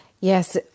Yes